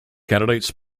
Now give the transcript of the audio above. candidates